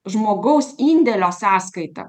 žmogaus indėlio sąskaita